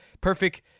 perfect